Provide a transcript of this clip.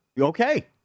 Okay